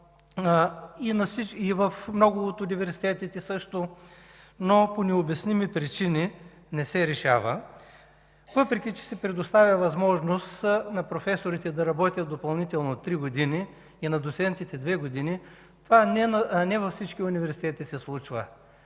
и в много от университетите, но по необясними причини не се решава. Въпреки че се предоставя възможност на професорите да работят допълнително три години и на доцентите – две години, това не се случва във всички университети.